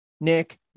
Nick